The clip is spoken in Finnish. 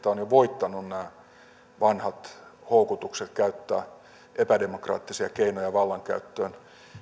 on jo voittanut nämä vanhat houkutukset käyttää epädemokraattisia keinoja vallankäyttöön